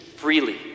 freely